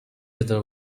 other